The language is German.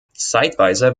zeitweise